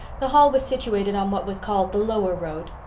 the hall was situated on what was called the lower road.